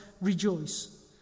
rejoice